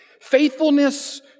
faithfulness